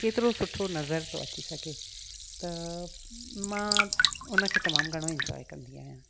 केतिरो सुठो नज़र थो अची सघे त मां उन खे तमामु घणो इंजॉए कंदी आहियां